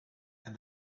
and